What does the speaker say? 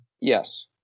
Yes